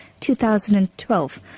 2012